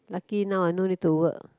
lucky now I no need to work